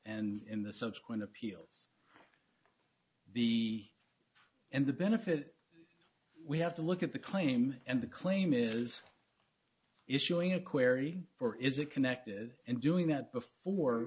and in the subsequent appeals the and the benefit we have to look at the claim and the claim is issuing a querrey or is it connected and doing that before